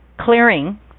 clearing